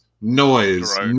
noise